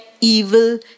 evil